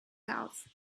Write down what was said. house